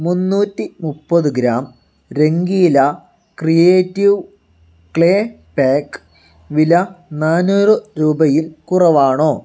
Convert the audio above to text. മുന്നൂറ്റി മുപ്പത് gram Rangeela creative clay pack വില നാന്നൂറ് രൂപയിൽ കുറവാണോ